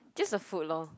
just the food lor